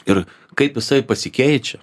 ir kaip visai pasikeičia